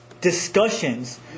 discussions